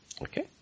Okay